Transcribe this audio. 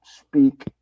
speak